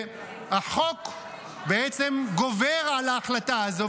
החוק בעצם גובר על ההחלטה הזאת,